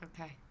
Okay